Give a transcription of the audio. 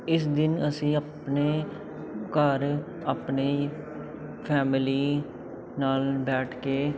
ਇਸ ਦਿਨ ਅਸੀਂ ਆਪਣੇ ਘਰ ਆਪਣੀ ਫੈਮਲੀ ਨਾਲ ਬੈਠ ਕੇ